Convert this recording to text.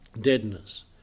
deadness